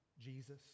Jesus